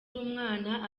umwana